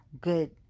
good